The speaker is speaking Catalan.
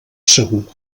segur